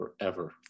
forever